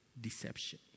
deception